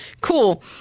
Cool